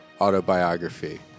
autobiography